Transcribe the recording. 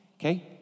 Okay